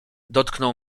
dotknął